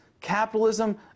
capitalism